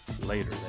later